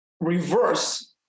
reverse